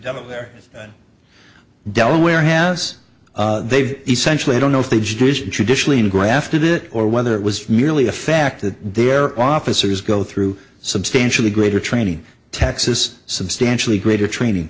level there delaware has they've essentially i don't know if they've traditionally engrafted it or whether it was merely a fact that their officers go through substantially greater training taxes substantially greater training